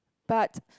but